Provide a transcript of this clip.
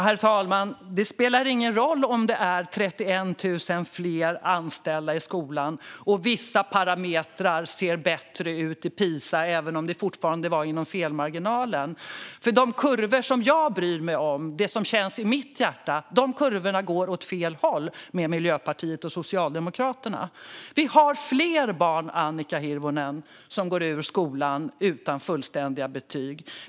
Herr talman! Det spelar ingen roll om det är 31 000 fler anställda i skolan och vissa parametrar ser bättre ut i PISA, även om det fortfarande är inom felmarginalen. De kurvor som jag bryr mig om, det som känns i mitt hjärta, går åt fel håll när Miljöpartiet och Socialdemokraterna styr. Vi har fler barn, Annika Hirvonen, som går ut skolan utan fullständiga betyg.